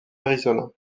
arizona